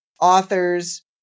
authors